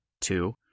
Two